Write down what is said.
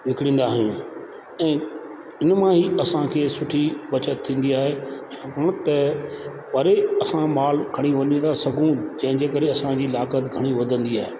विकिणींदा आहियूं ऐं इन मां ई असांखे सुठी बचति थींदी आहे उहा त परे असां माल घणी वञी था सघूं जंहिंजे करे असांजी लागत घणी वधंदी आहे